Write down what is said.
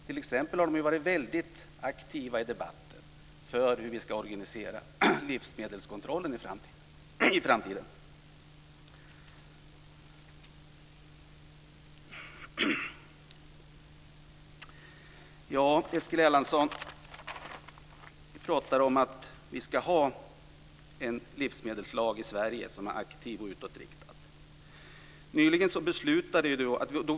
T.ex. har man varit väldigt aktiv i debatten om hur vi ska organisera livsmedelskontrollen i framtiden. Eskil Erlandsson pratar om att vi ska ha en livsmedelslag i Sverige som är aktiv och utåtriktad.